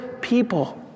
people